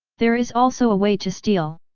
there is also a way to steal.